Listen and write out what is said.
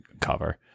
cover